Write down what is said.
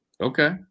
Okay